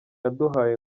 yaduhaye